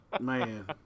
Man